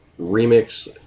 remix